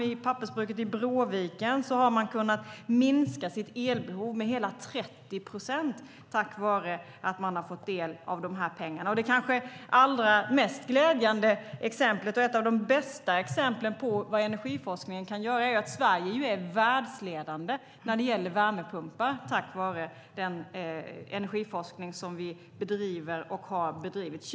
I pappersbruket i Bråviken har man kunnat minska sitt elbehov med hela 30 procent tack vare att man har fått del av de här pengarna. Det kanske allra mest glädjande exemplet, och ett av de bästa exemplen på vad energiforskningen kan göra, är att Sverige är världsledande när det gäller värmepumpar tack vare den energiforskning som vi bedriver och har bedrivit.